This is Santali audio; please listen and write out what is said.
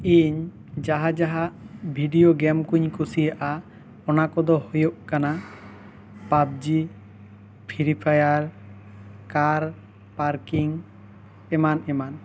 ᱤᱧ ᱡᱟᱦᱟ ᱡᱟᱦᱟ ᱵᱷᱤᱰᱤᱭᱚ ᱜᱮᱢ ᱠᱩᱧ ᱠᱩᱥᱤᱭᱟᱜᱼᱟ ᱚᱱᱟ ᱠᱚ ᱫᱚ ᱦᱩᱭᱩᱜ ᱠᱟᱱᱟ PUBG free fire car parking ᱮᱢᱟᱱ ᱮᱢᱟᱱ